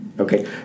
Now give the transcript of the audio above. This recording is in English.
Okay